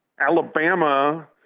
Alabama